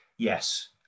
Yes